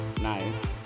Nice